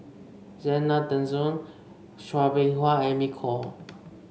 Zena Tessensohn Chua Beng Huat Amy Khor